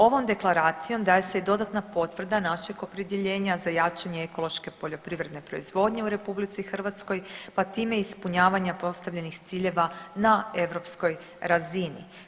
Ovom deklaracijom daje se i dodatna potvrda našeg opredjeljenja za jačanje ekološke poljoprivredne proizvodnje u RH, pa time i ispunjavanja postavljenih ciljeva na europskoj razini.